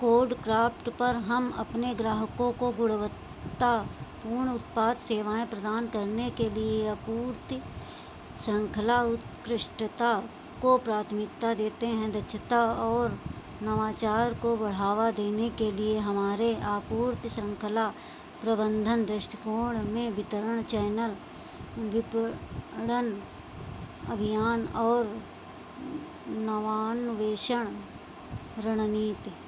CodeCraft पर हम अपने ग्राहकों को गुणवत्तापूर्ण उत्पाद सेवाएँ प्रदान करने के लिए आपूर्ति शृंखला उत्कृष्टता को प्राथमिकता देते हैं दक्षता और नवाचार को बढ़ावा देने के लिए हमारे आपूर्ति शृंखला प्रबंधन दृष्टिकोण में वितरण चैनल विपणन अभियान और नवान्वेषण रणनीति